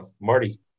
Marty